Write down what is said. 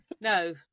No